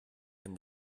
and